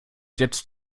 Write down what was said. jetzt